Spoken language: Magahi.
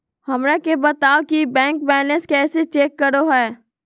हमरा के बताओ कि बैंक बैलेंस कैसे चेक करो है?